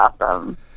awesome